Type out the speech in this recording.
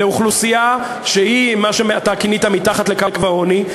לאוכלוסייה שהיא מה שאתה כינית מתחת לקו העוני.